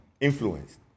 influenced